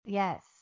yes